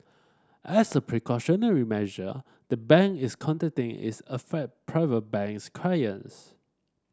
as a precautionary measure the bank is contacting its affect Private Banks clients